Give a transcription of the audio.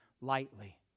lightly